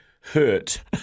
hurt